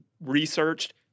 researched